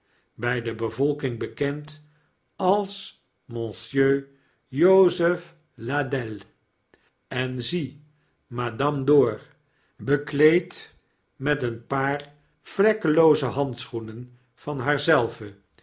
bij de bevolking bekend als monsieur joseph ladelle en zie madame dor bekleed meteenpaarvlekkelooze handschoenen van